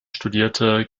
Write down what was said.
studierte